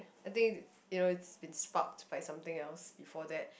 I think you know it's been sparked by something else before that